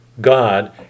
God